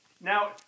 Now